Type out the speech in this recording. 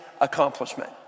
accomplishment